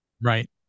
Right